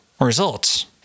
results